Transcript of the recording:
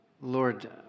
Lord